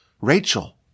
Rachel